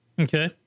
Okay